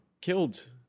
killed